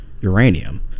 uranium